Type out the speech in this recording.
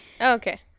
Okay